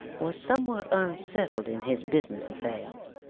was somewhat unsettled in his business affairs,